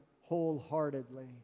wholeheartedly